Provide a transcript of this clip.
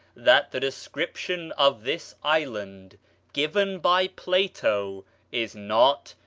that the description of this island given by plato is not,